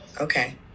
okay